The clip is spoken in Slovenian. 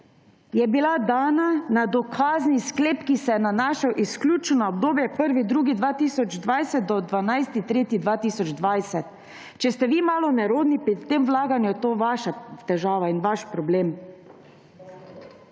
je bila dana na dokazni sklep, ki se je nanašal izključno na obdobje 1. 2. 2020 do 12. 3. 2020. Če ste vi malo nerodni pri tem vlaganju, je to vaša težava in vaš problem.